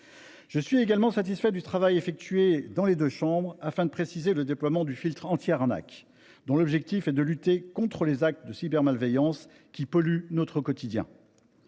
je suis satisfait du travail accompli par les deux chambres afin de préciser le déploiement du filtre anti arnaques, dont l’objectif est de lutter contre les actes de cybermalveillance qui polluent notre quotidien.